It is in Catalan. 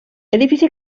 edifici